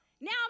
Now